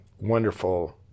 wonderful